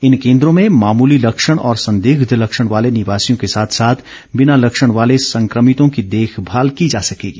इन केन्द्रों में मामूली लक्षण और संदिग्ध लक्षण वाले निवासियों के साथ साथ बिना लक्षण वाले संक्रमितों की देखभाल की जा संकेगी